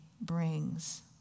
brings